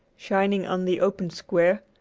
shining on the open square,